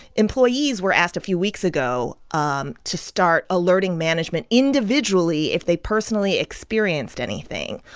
employees were asked a few weeks ago um to start alerting management individually if they personally experienced anything.